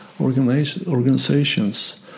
organizations